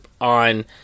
on